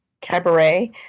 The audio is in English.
cabaret